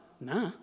Nah